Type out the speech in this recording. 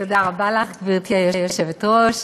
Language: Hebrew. גברתי היושבת-ראש,